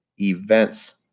events